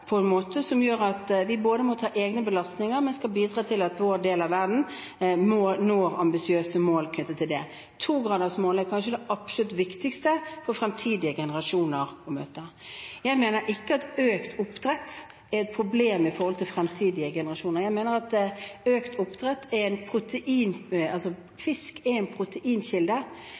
på en måte som gjør at vi både må ta egne belastninger og bidra til at vår del av verden når ambisiøse mål knyttet til det. 2-gradersmålet er kanskje det absolutt viktigste for fremtidige generasjoner å møte. Jeg mener ikke at økt oppdrett er et problem for fremtidige generasjoner. Jeg mener at oppdrett av fisk, som er en